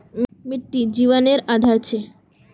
मिटटी जिवानेर आधार छे